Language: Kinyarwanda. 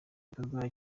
gikorwa